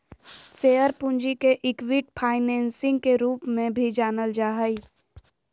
share पूंजी के equity financing के रूप में भी जानल जा हइ